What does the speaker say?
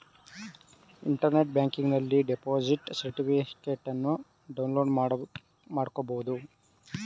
internet ಬ್ಯಾಂಕಿಂಗನಲ್ಲಿ deposit ಸರ್ಟಿಫಿಕೇಟನ್ನು download ಮಾಡ್ಕೋಬಹುದು